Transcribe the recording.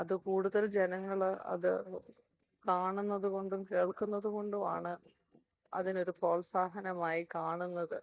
അത് കൂടുതൽ ജനങ്ങൾ അത് കാണുന്നത് കൊണ്ടും കേൾക്കുന്നത് കൊണ്ടും ആണ് അതിനൊരു പ്രോൽസാഹനമായി കാണുന്നത്